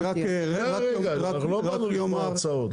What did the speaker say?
אני רק יאמר לגבי -- אנחנו לא באנו ליום הרצאות,